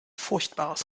furchtbares